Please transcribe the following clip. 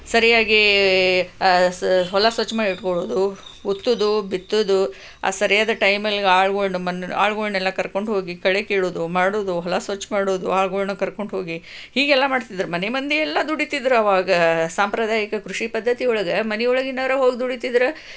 ಸರಿಯಾಗಿ ಹೊಲ ಸ್ವಚ್ಛ ಮಾಡಿಡ್ಕೊಳೋದು ಉತ್ತುವುದು ಬಿತ್ತುವುದು ಆ ಸರಿಯಾದ ಟೈಮಲ್ಲಿ ಆಳ್ಗೊಳ್ನಮ್ ಆಳುಗಳನ್ನೆಲ್ಲ ಕರ್ಕೊಂಡು ಹೋಗಿ ಕಳೆ ಕೀಳೋದು ಮಾಡೋದು ಹೊಲ ಸ್ವಚ್ಛ ಮಾಡೋದು ಆಳುಗಳನ್ನು ಕರ್ಕೊಂಡು ಹೋಗಿ ಹೀಗೆಲ್ಲ ಮಾಡ್ತಿದ್ರು ಮನೆ ಮಂದಿಯೆಲ್ಲ ದುಡಿತಿದ್ರವಾಗ ಸಾಂಪ್ರದಾಯಿಕ ಕೃಷಿ ಪದ್ದತಿಯೊಳಗೆ ಮನೆಯೊಳಗಿನವರು ಹೋಗಿ ದುಡಿತಿದ್ರು